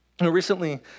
Recently